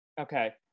okay